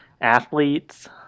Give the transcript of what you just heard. athletes